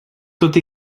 tot